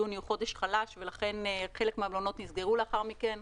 יוני הוא חודש חלש ולכן חלק מהמלונות נסגרו לאחר מכן.